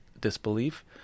disbelief